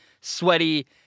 sweaty